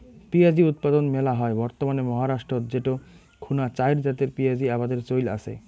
পিঁয়াজী উৎপাদন মেলা হয় বর্তমানে মহারাষ্ট্রত যেটো খুনা চাইর জাতের পিয়াঁজী আবাদের চইল আচে